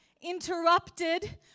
interrupted